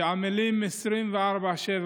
שעמלים 24/7